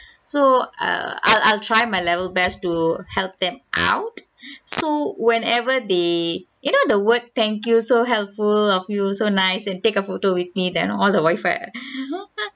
so err I'll I'll try my level best to help them out so whenever they you know the word thank you so helpful of you so nice and take a photo with me then all the all the wifi